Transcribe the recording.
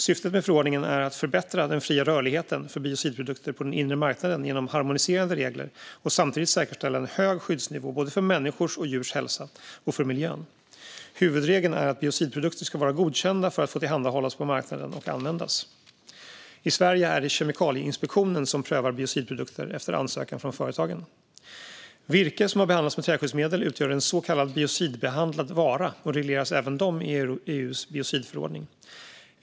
Syftet med förordningen är att förbättra den fria rörligheten för biocidprodukter på den inre marknaden genom harmoniserade regler och samtidigt säkerställa en hög skyddsnivå både för människors och djurs hälsa och för miljön. Huvudregeln är att biocidprodukter ska vara godkända för att få tillhandahållas på marknaden och användas. I Sverige är det Kemikalieinspektionen som prövar biocidprodukter efter ansökan från företagen. Virke som har behandlats med träskyddsmedel utgör en så kallad biocidbehandlad vara och regleras även det i EU:s biocidförordning.